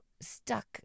stuck